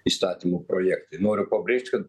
įstatymų projektai noriu pabrėžti kad